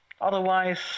otherwise